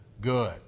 good